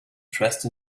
dressed